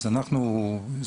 אנחנו לא